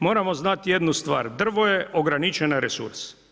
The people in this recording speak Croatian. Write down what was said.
Moramo znati jedan stvar, drvo je ograničeni resurs.